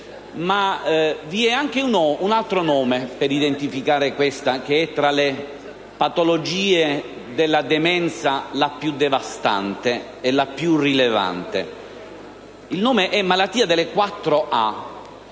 Ma vi è anche un altro nome per identificare questa che è tra le patologie della demenza la più devastante, la più rilevante. Il nome è «malattia delle